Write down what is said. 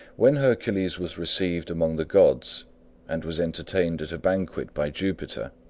when hercules was received among the gods and was entertained at a banquet by jupiter,